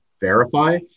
verify